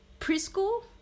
preschool